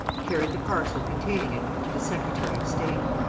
carried the parcel containing it to the secretary of state.